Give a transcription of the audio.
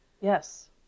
Yes